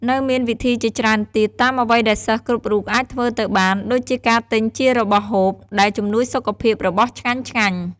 នៅមានវិធីជាច្រើនទៀតតាមអ្វីដែលសិស្សគ្រប់រូបអាចធ្វើទៅបាន ដូចជាការទិញជារបស់ហូប ដែលជំនួយសុខភាព របស់ឆ្ងាញ់ៗ។